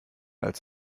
als